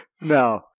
No